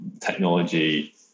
technology